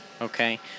Okay